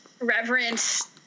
reverence